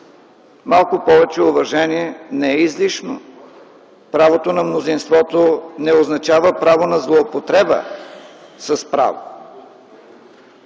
Малко повече уважение не е излишно! Правото на мнозинството не означава право на злоупотреба с право!